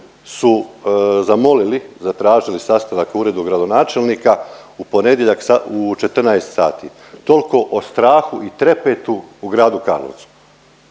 su zamolili, zatražili sastanak u uredu gradonačelnika u ponedjeljak u 14 sati, tolko o strahu i trepetu u gradu Karlovcu.